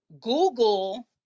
Google